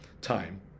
time